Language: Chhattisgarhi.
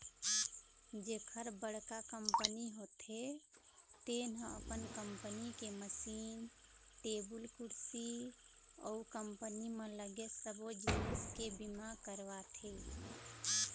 जेखर बड़का कंपनी होथे तेन ह अपन कंपनी के मसीन, टेबुल कुरसी अउ कंपनी म लगे सबो जिनिस के बीमा करवाथे